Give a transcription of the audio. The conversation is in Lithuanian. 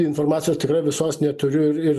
informacijos tikrai visos neturiu ir ir